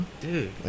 Dude